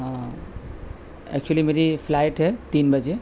ہاں ایکچولی میری فلائٹ ہے تین بجے